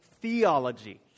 Theology